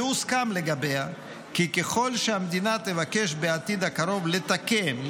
והוסכם לגביה כי ככל שהמדינה תבקש בעתיד הקרוב לתקן,